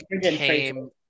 came